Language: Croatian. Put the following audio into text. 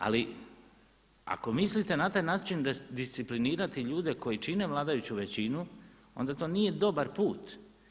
Ali ako mislite na taj način disciplinirati ljude koji čine vladajuću većinu onda to nije dobar put.